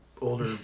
older